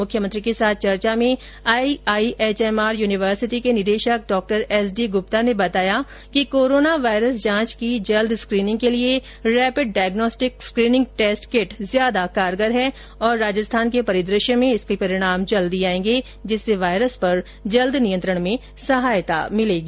मुख्यमंत्री के साथ चर्चा में आईआईएचएमआर यूनिवर्सिटी के निदेशक डॉक्टर एस डी गुप्ता ने बताया कि कोरोना वायरस जांच की शीघ्र स्कीनिंग के लिए rapid diagnostic screening test kit ज्यादा कारगर है और राजस्थान के परिदृश्य में इसका परिणाम जल्दी आयेंगे जिससे वायरस पर जल्द नियंत्रण में सहायता मिलेगी